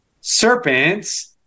serpents